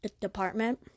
department